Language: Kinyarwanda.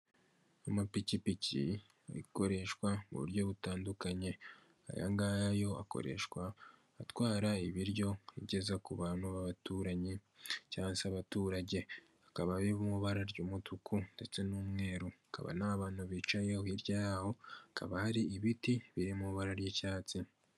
Amapikipiki akoreshwa mu buryo butandukanye, aya ngaya yo akoreshwa atwara ibiryo abigeza ku bantu b'abaturanyi cyangwa se abaturage, hakaba ari mu ibara ry'umutuku ndetse n'umweru, hakaba nta bantu bicayeho, hirya y'aho hakaba hari ibiti biri mu ibara ry'icyatsi...